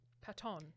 Patton